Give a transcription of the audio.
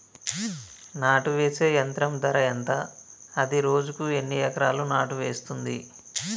నాటు వేసే యంత్రం ధర ఎంత? అది రోజుకు ఎన్ని ఎకరాలు నాటు వేస్తుంది?